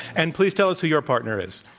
and please tell us who your partner is.